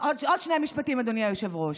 עוד שני משפטים, אדוני היושב-ראש: